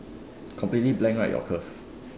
completely blank right your curve